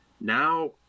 Now